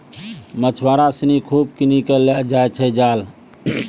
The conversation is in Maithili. मछुआरा सिनि खूब किनी कॅ लै जाय छै जाल